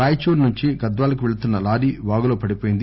రాయచూర్ నుంచి గద్వాలకు వెళ్తున్న లారీ వాగులో పడిపోయింది